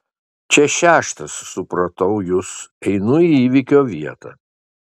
čia šeštas supratau jus einu į įvykio vietą